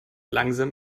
langsam